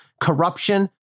corruption